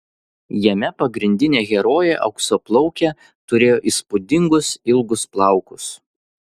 jame pagrindinė herojė auksaplaukė turėjo įspūdingus ilgus plaukus